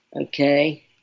Okay